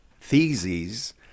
theses